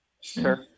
Sure